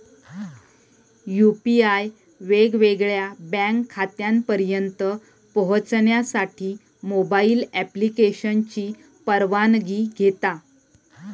UPI वेगवेगळ्या bank खात्यांपर्यंत पोहचण्यासाठी मोबाईल ॲप्लिकेशनची परवानगी घेता